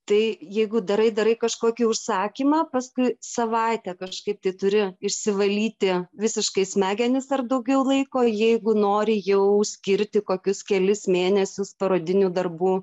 tai jeigu darai darai kažkokį užsakymą paskui savaitę kažkaip tai turi išsivalyti visiškai smegenis ar daugiau laiko jeigu nori jau skirti kokius kelis mėnesius parodinių darbų